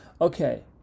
Okay